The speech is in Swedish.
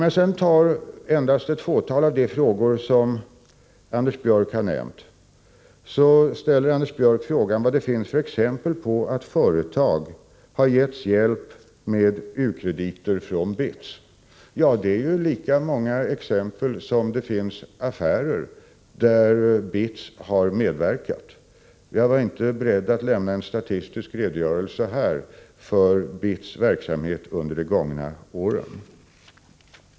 Jag skall ta upp endast ett fåtal av de frågor som Anders Björck har nämnt. Han ställer frågan vilka exempel det finns på att företag har getts hjälp med u-krediter från BITS. Det finns lika många exempel som det finns affärer där BITS har medverkat. Jag var inte beredd att här lämna en statistisk redogörelse för BITS verksamhet under de gångna åren.